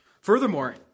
Furthermore